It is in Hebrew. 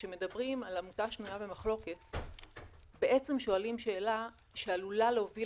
כשמדברים על עמותה שנויה במחלוקת בעצם שואלים שאלה שעלולה להוביל